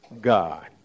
God